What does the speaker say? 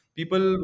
People